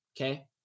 Okay